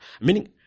Meaning